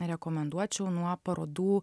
rekomenduočiau nuo parodų